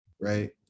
right